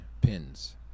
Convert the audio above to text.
pins